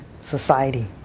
society